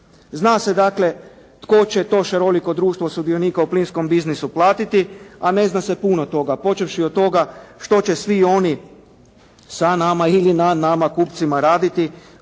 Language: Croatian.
Zna se dakle tko će to šaroliko društvo sudionika u plinskom biznisu platiti, a ne zna se puno toga, počevši od toga što će svi oni sa nama ili na nama kupcima raditi,